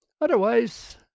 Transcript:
Otherwise